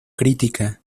crítica